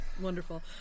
Wonderful